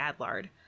adlard